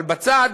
אבל בצד,